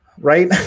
right